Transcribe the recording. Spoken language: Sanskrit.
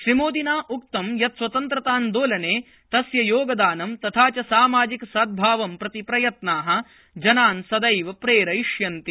श्रीमोदिना उक्तं यत् स्वतन्त्रतान्दोलने तस्य योगदानं तथा च सामाजिकसद्भावं प्रति प्रयत्नाः जनान् सदैव प्रेरयिष्यन्ति